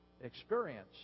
experience